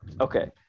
Okay